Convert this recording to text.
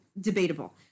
debatable